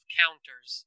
counters